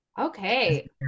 Okay